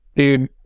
Dude